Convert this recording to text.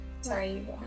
Sorry